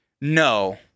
No